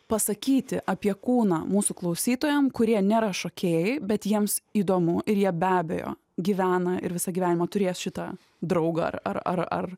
pasakyti apie kūną mūsų klausytojam kurie nėra šokėjai bet jiems įdomu ir jie be abejo gyvena ir visą gyvenimą turės šitą draugą ar ar